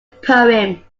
poem